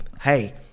hey